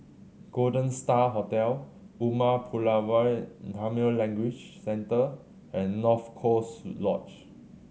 Golden Star Hotel Umar Pulavar Tamil Language Centre and North Coast Lodge